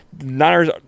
Niners